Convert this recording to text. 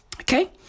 Okay